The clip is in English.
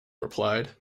replied